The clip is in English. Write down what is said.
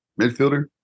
Midfielder